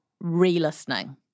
re-listening